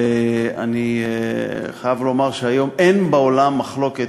ואני חייב לומר שהיום אין בעולם מחלוקת.